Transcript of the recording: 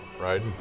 right